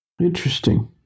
interesting